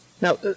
Now